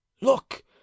Look